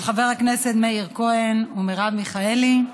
של חברי הכנסת מאיר כהן ומרב מיכאלי,